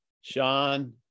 Sean